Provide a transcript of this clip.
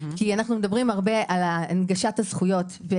אנו מדברים הרבה על הנגשת הזכויות.